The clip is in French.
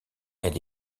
elle